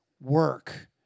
work